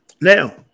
Now